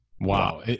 Wow